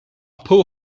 poor